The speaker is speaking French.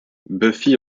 buffy